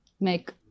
make